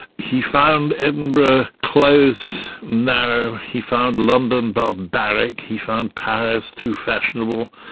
he found edinburgh close, narrow, he found london barbaric, he found paris too fashionable,